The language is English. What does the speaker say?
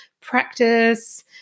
practice